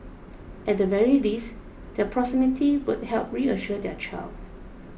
at the very least their proximity would help reassure their child